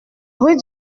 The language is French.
rue